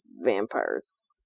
vampires